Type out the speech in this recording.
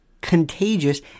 contagious